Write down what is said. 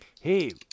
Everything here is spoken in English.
Hey